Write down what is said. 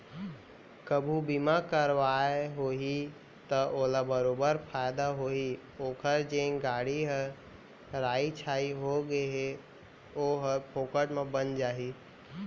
कभू बीमा करवाए होही त ओला बरोबर फायदा होही ओकर जेन गाड़ी ह राइ छाई हो गए हे ओहर फोकट म बन जाही